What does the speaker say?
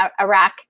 Iraq